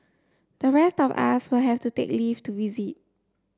the rest of us will have to take leave to visit